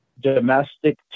domestic